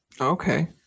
Okay